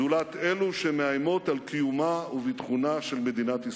זולת אלו שמאיימות על קיומה וביטחונה של מדינת ישראל.